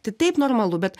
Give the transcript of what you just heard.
tai taip normalu bet